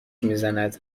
میزند